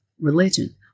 religion